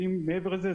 ואם מעבר לזה,